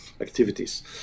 activities